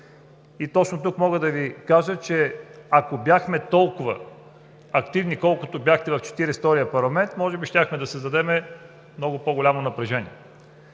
Точно тук мога да Ви кажа, че ако бяхме толкова активни, колкото бяхте в Четиридесет и втория парламент, може би щяхме да създадем много по-голямо напрежение.